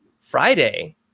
Friday